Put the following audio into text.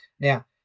Now